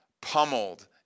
pummeled